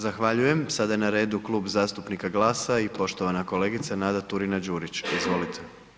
Zahvaljujem, sada je na redu Klub zastupnika GLAS-a i poštovana kolegica Nada Turina Đurić, izvolite.